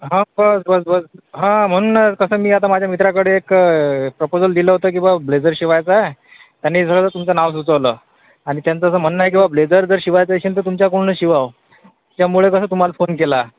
हां बस बस बस हां म्हणूनच कसं मी आता माझ्या मित्राकडे एक प्रपोजल दिलं होतं की बा ब्लेझर शिवायचा आहे त्यानी सरळ तुमचं नाव सुचवलं आणि त्यांचं असं म्हणणं आहे की बाबा ब्लेझर जर शिवायचं असेन तर तुमच्याकडूनच शिवावं त्यामुळे कसं तुम्हाला फोन केला